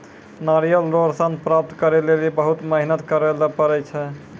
नारियल रो सन प्राप्त करै लेली बहुत मेहनत करै ले पड़ै छै